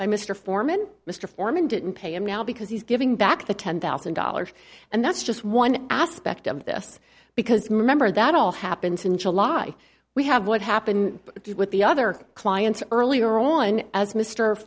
buy mr foreman mr foreman didn't pay him now because he's giving back the ten thousand dollars and that's just one aspect of this because remember that all happens in july we have what happened with the other clients earlier on as mister